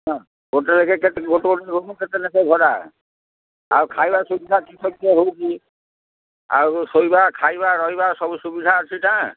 ହଁ ଗୋଟେ ଲେଖାଏଁ କେ ଗୋଟେ ଗୋଟେ କେତେ ଲେଖାଏଁ ଭଡ଼ା ଆଉ ଖାଇବା ସୁବିଧା କିସ କିଏ ହେଉଛି ଆଉ ଶୋଇବା ଖାଇବା ରହିବା ସବୁ ସୁବିଧା ଅଛି ତ